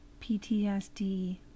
PTSD